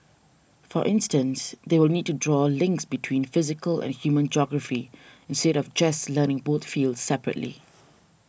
for instance they will need to draw links between physical and human geography instead of just learning both fields separately